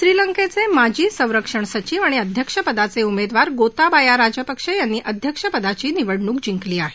श्रीलंकेचे माजी संरक्षण सचिव आणि अध्यक्षपदाचे उमेदवार गोताबाया राजपक्षे यांनी अध्यक्षपदाची निवडणूक जिंकली आहे